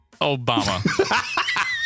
Obama